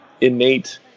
innate